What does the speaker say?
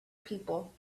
people